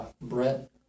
Brett